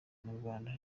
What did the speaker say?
inyarwanda